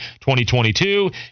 2022